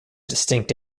distinct